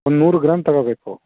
ಒಂದು ನೂರು ಗ್ರಾಮ್ ತಗೋಬೇಕು